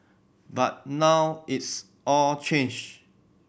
but now it's all changed